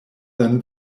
than